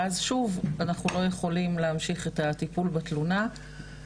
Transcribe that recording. ואז שוב אנחנו לא יכולים להמשיך את הטיפול בתלונה.